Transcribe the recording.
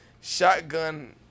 shotgun